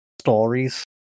stories